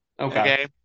Okay